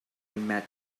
met